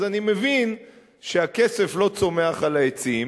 אז אני מבין שהכסף לא צומח על העצים.